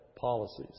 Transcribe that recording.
policies